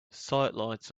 sidelights